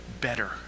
better